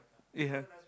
they have